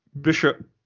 Bishop